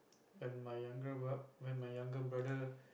when my younger br~ when my younger brother